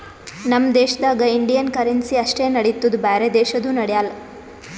ನಮ್ ದೇಶದಾಗ್ Indian currency ಅಷ್ಟೇ ನಡಿತ್ತುದ್ ಬ್ಯಾರೆ ದೇಶದು ನಡ್ಯಾಲ್